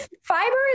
Fiber